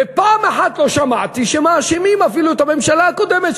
ופעם אחת אפילו לא שמעתי שמאשימים את הממשלה הקודמת,